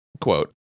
quote